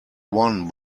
won